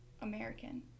American